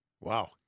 Wow